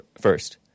first